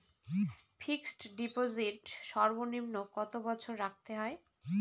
Fixed deposit সর্বনিম্ন কত বছর রাখতে হয়?